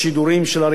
של הריאליזם,